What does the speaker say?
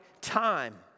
time